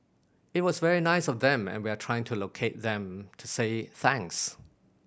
it was very nice of them and we are trying to locate them to say thanks